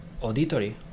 auditory